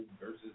versus